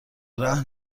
رهن